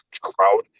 crowd